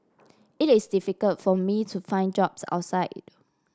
it is difficult for me to find jobs outside